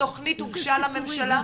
התכנית הוגשה לממשלה?